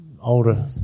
older